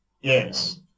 Yes